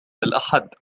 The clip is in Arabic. الأحد